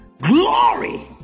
Glory